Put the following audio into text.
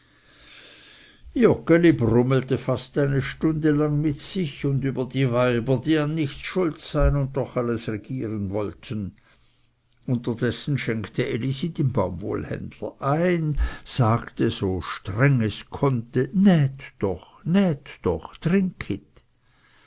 joggeli brummelte fast eine stunde lang mit sich und über die weiber die an nichts schuld sein und doch alles regieren wollten unterdessen schenkte elisi dem baumwollenhändler ein sagte so streng es konnte näht doch näht doch